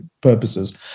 purposes